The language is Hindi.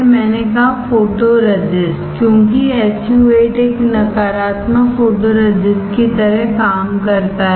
मैंने कहाफोटोरेजिस्ट क्योंकि SU 8 एक नकारात्मक फोटोरेजिस्ट की तरह काम करता है